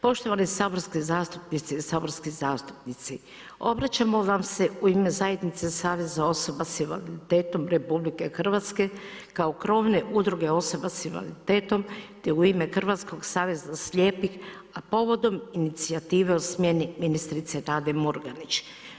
Poštovane zastupnice i saborske zastupnici, obraćamo vam se u ime Zajednice saveza osoba sa invaliditetom RH kao krovne udruge osoba sa invaliditetom te u ime Hrvatskog saveza slijepih a povodom inicijative o smjeni ministrice Nade Murganić.